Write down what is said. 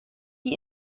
die